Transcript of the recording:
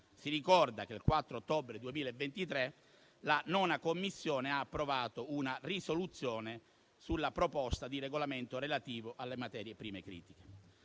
Si ricorda che il 4 ottobre 2023 la 9ª Commissione ha approvato una risoluzione sulla proposta di regolamento relativo alle materie prime critiche.